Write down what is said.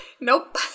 Nope